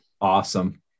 Awesome